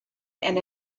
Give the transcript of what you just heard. and